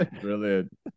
Brilliant